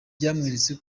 byanyeretse